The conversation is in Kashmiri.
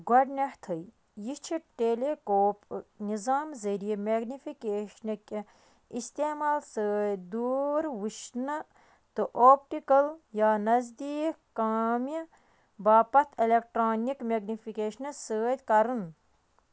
گۄڈٕنٮ۪تھٕے یہِ چھِ ٹیلِكوپ نِظام ذٔریعہ میگنِفِكیشنٕكہِ استعمال سۭتۍ دوٗر وٕچھنہٕ تہٕ آپٹِكل یا نزدیٖک كامہِ باپتھ اٮ۪لٮ۪كٹرٛانِک میگنِفِكیشنَس سۭتۍ كرُن